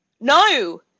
no